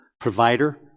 provider